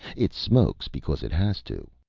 it smokes because it has to.